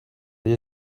they